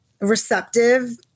receptive